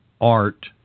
art